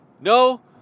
No